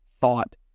thought